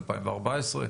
2014?